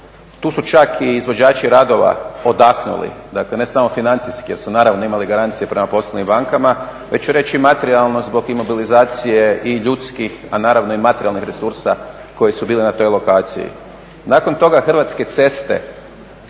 Tu su čak i izvođači radova odahnuli, dakle ne samo financijski jer su naravno imali garancije prema poslovnim bankama, već ću reći i materijalno zbog imobilizacije i ljudskih, a naravno i materijalnih resursa koji su bili na toj lokaciji. Nakon toga Hrvatske ceste